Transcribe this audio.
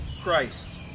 Christ